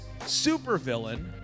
supervillain